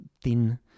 thin